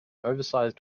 oversize